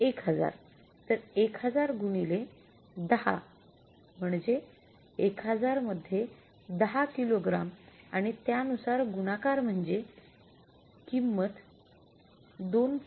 १००० तर् १००० गुणिले १० म्हणजे १००० मध्ये १० किलो ग्राम आणि त्यानुसार गुणाकार म्हणजे किंमत २